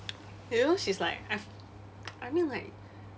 you know she's like I I mean like